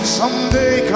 someday